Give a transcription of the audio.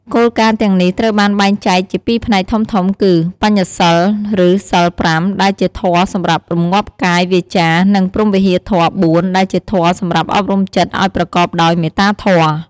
គោលការណ៍ទាំងនេះត្រូវបានបែងចែកជាពីរផ្នែកធំៗ គឺ បញ្ចសីល ឬ សីល ៥ ដែលជាធម៌សម្រាប់រម្ងាប់កាយ វាចា និង ព្រហ្មវិហារធម៌ ៤ ដែលជាធម៌សម្រាប់អប់រំចិត្តឲ្យប្រកបដោយមេត្តាធម៌។